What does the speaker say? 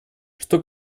что